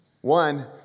One